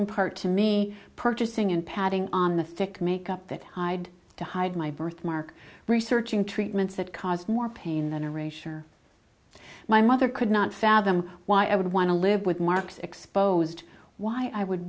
impart to me purchasing and padding on the thick makeup that hide to hide my birthmark researching treatments that caused more pain than are a sure my mother could not fathom why i would want to live with marks exposed why i would